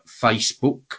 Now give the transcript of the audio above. Facebook